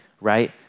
right